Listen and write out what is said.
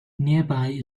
nearby